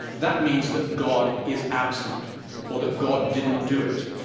that means that god is absent or that god didn't do it.